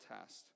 test